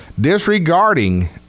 disregarding